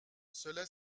cela